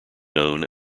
known